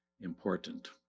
important